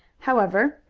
however,